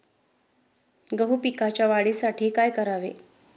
गहू पिकाच्या वाढीसाठी काय करावे?